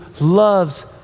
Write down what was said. loves